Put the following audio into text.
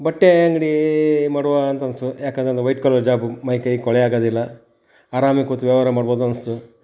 ಬಟ್ಟೆ ಅಂಗಡಿ ಮಾಡುವಾ ಅಂತ ಅನಿಸ್ತು ಯಾಕಂದರೆ ವೈಟ್ ಕಾಲರ್ ಜಾಬು ಮೈಕೈ ಕೊಳೆ ಆಗೋದಿಲ್ಲ ಆರಾಮ ಕೂತು ವ್ಯವಹಾರ ಮಾಡ್ಬೋದು ಅನಿಸ್ತು